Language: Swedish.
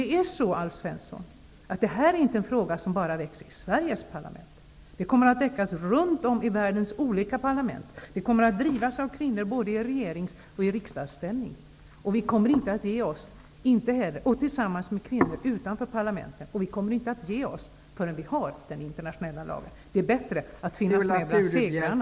Detta är, Alf Svensson, inte en fråga som väcks bara i Sveriges riksdag. Den kommer att väckas runt om i världens olika parlament. Den kommer att drivas av kvinnor både i regerings och i riksdagsställning och av kvinnor utanför parlamenten. Vi kommer inte att ge oss förrän vi har vårt krav infört i den internationella lagen.